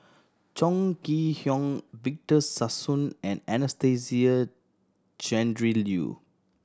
Chong Kee Hiong Victor Sassoon and Anastasia Tjendri Liew